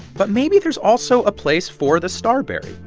but maybe there's also a place for the starbury,